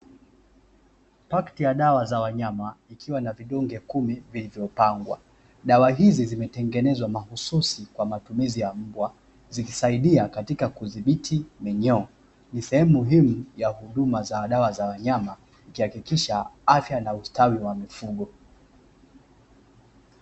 Pakiti ya dawa za wanyama, ikiwa na vidonge kumi vilivyopangwa, dawa hizi zimetengenezwa mahususi kwa matumizi ya mbwa zikisaidia katika kudhibiti minyoo, ni sehemu muhimu ya huduma ya dawa za wanyama, ikihakikisha afya na ustawi wa mifugo.